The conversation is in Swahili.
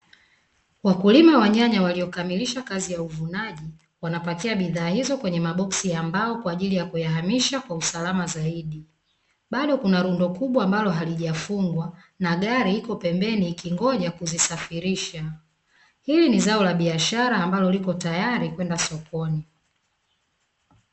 Wakulima wa nyanya waliokamilisha kazi ya uvunaji, wanapakia bidhaa hizo kwenye maboksi ya mbao kwa ajili ya kuyahamisha kwa usalama zaidi. Bado kuna rundo kubwa ambalo halijafungwa, na gari iko pembeni ikingoja kuzisafirisha. Hili ni zao la biashara ambalo liko tayari kwenda sokoni.